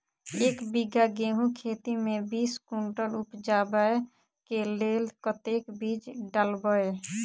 एक बीघा गेंहूँ खेती मे बीस कुनटल उपजाबै केँ लेल कतेक बीज डालबै?